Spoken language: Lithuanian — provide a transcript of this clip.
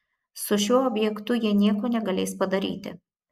su šiuo objektu jie nieko negalės padaryti